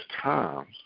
times